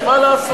לפחות, מה לעשות.